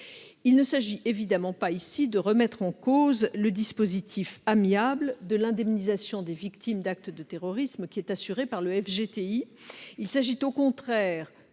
Il ne s'agit évidemment pas ici de remettre en cause le dispositif amiable de l'indemnisation des victimes d'actes de terrorisme, qui est assuré par le FGTI, le fonds de